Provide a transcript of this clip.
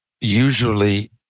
usually